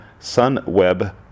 Sunweb